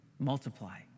Multiply